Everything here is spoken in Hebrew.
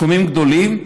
מספרים גדולים.